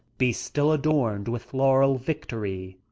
be still adorned with laurel victory